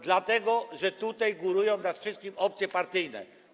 Dlatego że tutaj górują nad wszystkim opcje partyjne.